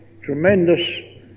tremendous